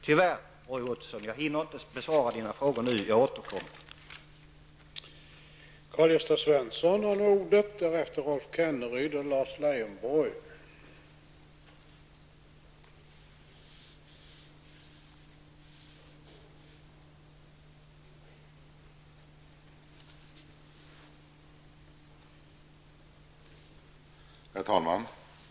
Jag hinner tyvärr inte nu besvara Roy Ottossons frågor, utan jag återkommer senare.